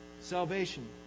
salvation